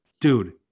Dude